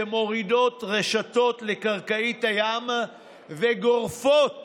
שמורידות רשתות לקרקעית הים וגורפות